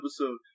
episode